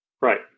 Right